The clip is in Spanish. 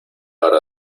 hora